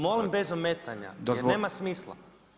Molim bez ometanja jer nema smisla.